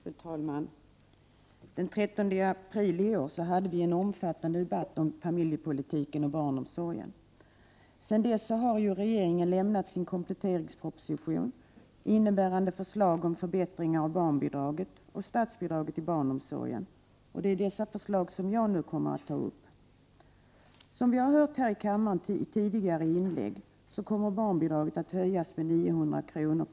Fru talman! Den 13 april i år hade vi en omfattande debatt om familjepolitiken och barnomsorgen. Sedan dess har regeringen lämnat sin kompletteringsproposition innebärande förslag om förbättringar av barnbidraget och statsbidragen till barnomsorgen, och det är dessa förslag som jag nu kommer att ta upp. Som vi har hört här i kammaren i tidigare inlägg kommer barnbidraget att höjas med 900 kr.